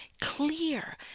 clear